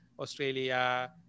Australia